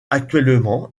actuellement